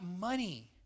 money